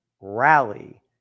Rally